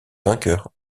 vainqueur